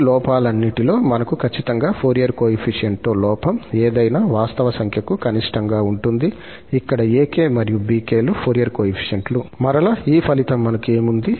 ఈ లోపాలన్నిటిలో మనకు ఖచ్చితంగా ఫోరియర్ కోయెఫిషియంట్ తో లోపం ఏదైనా వాస్తవ సంఖ్యకు కనిష్టం గా ఉంటుంది ఇక్కడ 𝑎𝑘 మరియు 𝑏𝑘లుఫోరియర్ కోయెఫిషియంట్ లు మరలా ఈ ఫలితం మనకు ఏమి ఉంది